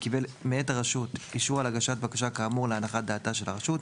וקיבל מאת הרשות אישור על הגשת בקשה כאמור להנחת דעתה של הרשות,